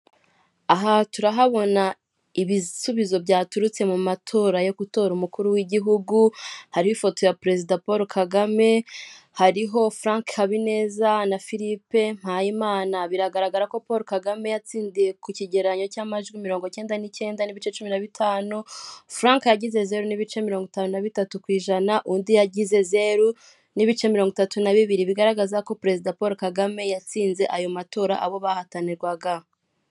Aha turahabona ibisubizo byaturutse mu matora yo gutora umukuru w'igihugu, hari ifoto ya perezida Paul KAGAME, hariho Frank HABINEZA na Philippe MPAYIMANA, biragaragara ko Paul KAGAME yatsindiye ku kigereranyo cy'amajwi mirongo icyenda n'icyenda N'ibice cumi na bitanu, Frank yagize zeru n'ibice mirongo itanu na bitatu ku ijana undi yagize zeru n'ibice mirongo itatu na bibiri, bigaragaza ko perezida Paul KAGAME yatsinze ayo matora abo bahatanirwaga.